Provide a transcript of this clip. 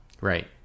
Right